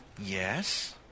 Yes